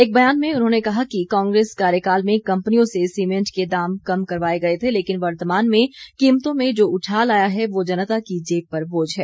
एक बयान में उन्होंने कहा कि कांग्रेस कार्यकाल में कम्पनियों से सीमेंट के दाम कम करवाए गए थे लेकिन वर्तमान में कीमतों में जो उछाल आया है वो जनता की जेब पर बोझ है